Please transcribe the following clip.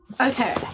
Okay